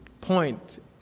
point